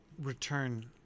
return